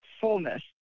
Fullness